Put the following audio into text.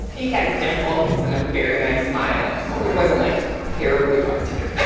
he has dimples and a very nice smile. it wasn't, like, terribly hard to convince